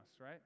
right